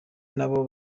nabo